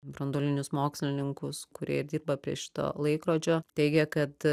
branduolinius mokslininkus kurie ir dirba prie šito laikrodžio teigia kad